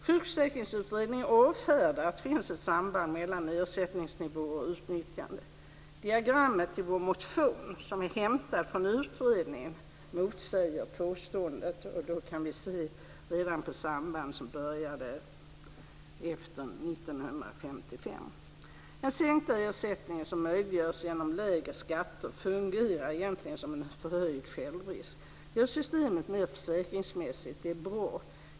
Sjukförsäkringsutredningen avfärdar att det finns ett samband mellan ersättningsnivåer och utnyttjande. Diagrammet i vår motion är hämtat från utredningen, och det motsäger utredningens påstående. Då kan vi se på samband som började redan efter 1955. Den sänkta ersättningen som möjliggörs genom lägre skatter fungerar egentligen som en förhöjd självrisk. Det gör systemet mer försäkringsmässigt, och det är bra.